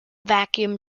vacuum